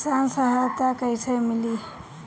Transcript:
किसान सहायता कईसे मिली?